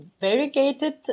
variegated